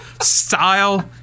Style